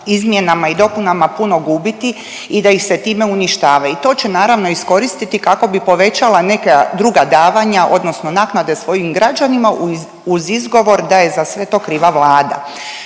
izmjenama i dopunama puno gubiti i da ih se time uništava i to će naravno iskoristiti kako bi povećala neka druga davanja odnosno naknade svojim građanima uz izgovor da je za sve to kriva Vlada.